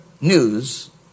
news